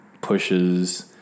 pushes